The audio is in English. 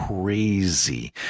crazy